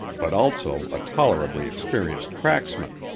but also a tolerably experienced cracksman,